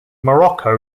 morocco